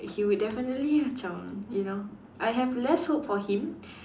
he would definitely macam you know I have less hope for him